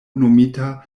nomita